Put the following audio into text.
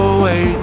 away